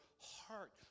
heart